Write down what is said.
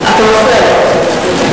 אתה מפריע לו.